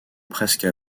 presque